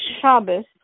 Shabbos